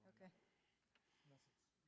Okay